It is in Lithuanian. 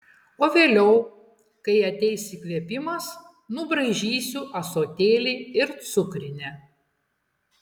o vėliau kai ateis įkvėpimas nubraižysiu ąsotėlį ir cukrinę